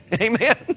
Amen